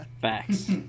facts